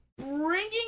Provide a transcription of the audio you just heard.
bringing